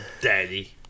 Daddy